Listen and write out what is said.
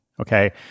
Okay